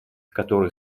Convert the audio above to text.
которые